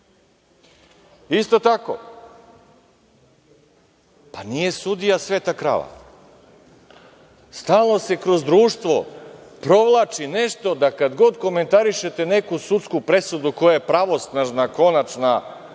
tako, pa nije sudija „sveta krava“. Stalno se kroz društvo provlači nešto da kada god komentarišete neku sudsku presudu koja je pravosnažna, konačna,